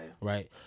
Right